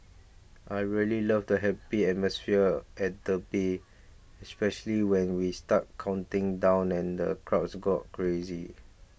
I really love the happy atmosphere at the bay especially when we start counting down and the crowds go crazy